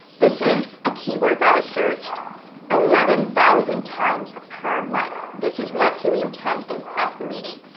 this is a keyword that is searched eleven thousand times per month. this is what helium ten is estimating.